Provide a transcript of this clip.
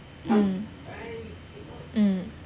mm mm